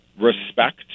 respect